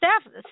staff